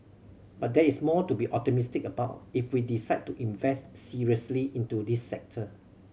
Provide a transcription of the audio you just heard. but there is more to be optimistic about if we decide to invest seriously into this sector